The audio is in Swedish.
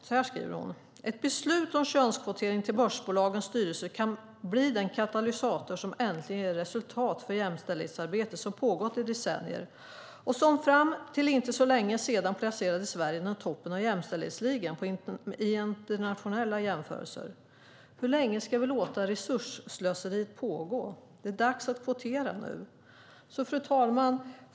Så här skriver hon: "Ett beslut om könskvotering till börsbolagens styrelser kan bli den katalysator som äntligen ger resultat för jämställdhetsarbete som pågått i decennier, och som fram till inte så länge sedan placerade Sverige i toppen av jämställdhetsligan i internationella jämförelser. Hur länge ska vi låta resursslöseriet pågå? Det är dags att kvotera nu!" Fru talman!